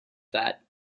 that